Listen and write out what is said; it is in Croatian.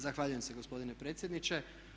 Zahvaljujem se gospodine predsjedniče.